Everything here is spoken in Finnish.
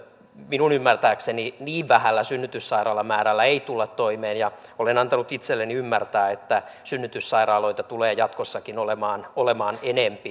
minun ymmärtääkseni niin vähällä synnytyssairaalamäärällä ei tulla toimeen ja olen antanut itselleni ymmärtää että synnytyssairaaloita tulee jatkossakin olemaan enempi